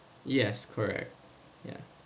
yes correct ya